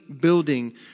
building